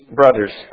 brothers